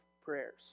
prayers